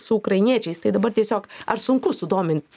su ukrainiečiais tai dabar tiesiog ar sunku sudomint